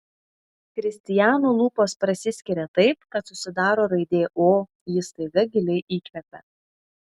kristijano lūpos prasiskiria taip kad susidaro raidė o jis staiga giliai įkvepia